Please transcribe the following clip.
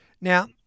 Now